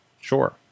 Sure